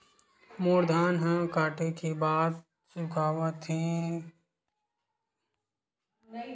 मोर धान ह काटे के बाद सुखावत हे ओला कइसे बेचहु?